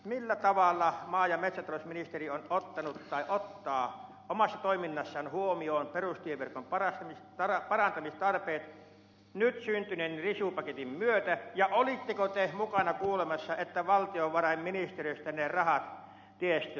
millä tavalla maa ja metsätalousministeri on ottanut tai ottaa omassa toiminnassaan huomioon perustieverkon parantamistarpeet nyt syntyneen risupaketin myötä ja olitteko te mukana kuulemassa että valtiovarainministeriöstä ne rahat tiestöön tulisivat